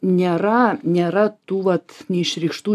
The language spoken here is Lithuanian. nėra nėra tų vat neišreikštų